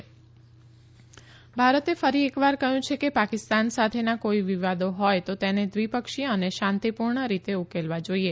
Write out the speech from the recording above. ભારત પાકિસ્તાન ભારતે ફરીએકવાર કહ્યું છે કે પાકિસ્તાન સાથેના કોઇ વિવાદો હોય તો તેને દ્વિપક્ષીય અને શાંતીપુર્ણ રીતે ઉકેલવા જોઇએ